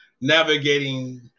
Navigating